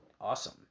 awesome